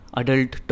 adult